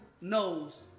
knows